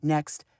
Next